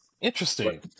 Interesting